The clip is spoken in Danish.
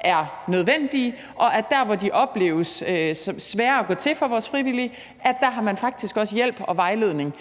er nødvendige, og at man der, hvor de opleves som svære at gå til for vores frivillige, faktisk også har hjælp og vejledning,